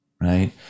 right